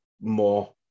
more